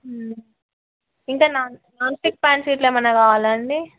ఇంకా non stick pan సెట్లు ఏమైనా కావాలా అండి